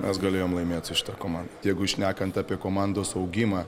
mes galėjom laimėt su šita komanda jeigu šnekant apie komandos augimą